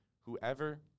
whoever